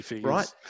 right